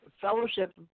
Fellowship